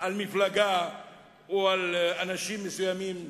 על מפלגה או על אנשים מסוימים סמרטוטים.